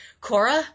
cora